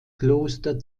kloster